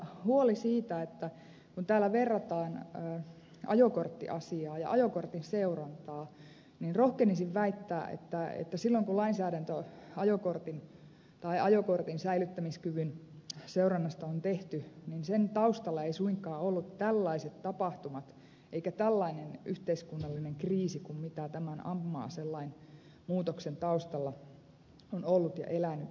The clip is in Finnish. huoleen siitä kun täällä verrataan ajokorttiasiaa ja ajokortin seurantaa rohkenisin väittää että silloin kun lainsäädäntö ajokortin säilyttämiskyvyn seurannasta on tehty sen taustalla eivät suinkaan olleet tällaiset tapahtumat eikä tällainen yhteiskunnallinen kriisi kuin tämän ampuma aselain muutoksen taustalla on ollut ja elänyt